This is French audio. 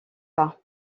pas